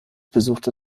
besuchte